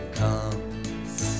comes